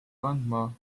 kandma